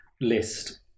list